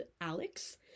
Alex